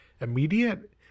immediate